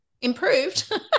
improved